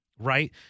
right